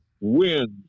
wins